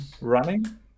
running